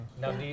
Now